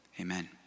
amen